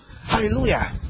Hallelujah